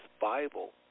bible